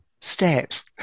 Steps